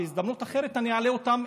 בהזדמנות אחרת אני אעלה אותם,